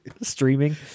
streaming